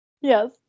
Yes